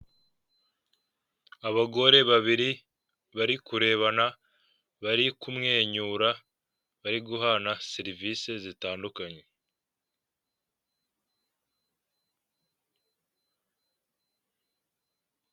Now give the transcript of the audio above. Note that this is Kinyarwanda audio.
Abagore babiri bari kurebana, bari kumwenyura, bari guhana serivise zitandukanye.